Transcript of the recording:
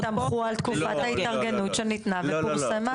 הם הסתמכו על תקופת ההתארגנות שניתנה ופורסמה.